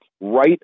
right